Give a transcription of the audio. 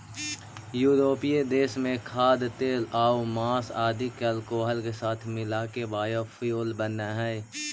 यूरोपीय देश में खाद्यतेलआउ माँस आदि के अल्कोहल के साथ मिलाके बायोफ्यूल बनऽ हई